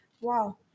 Wow